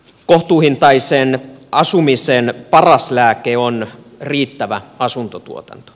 kohtuuhintaisen asumisen paras lääke on riittävä asuntotuotanto